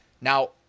Now